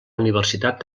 universitat